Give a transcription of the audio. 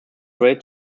rate